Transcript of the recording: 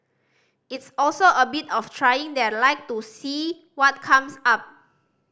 it's also a bit of trying their luck to see what comes up